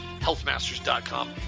Healthmasters.com